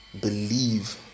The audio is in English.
believe